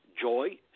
joy